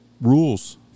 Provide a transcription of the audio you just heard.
rules